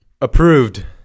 approved